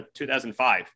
2005